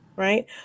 right